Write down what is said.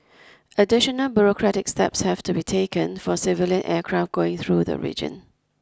additional bureaucratic steps have to be taken for civilian aircraft going through the region